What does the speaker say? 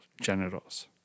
genitals